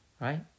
right